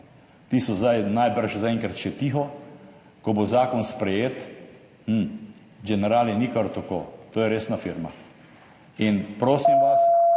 Ti so zdaj najbrž zaenkrat še tiho, ko bo zakon sprejet – hm, Generali ni kar tako, to je resna firma. Prosim vas,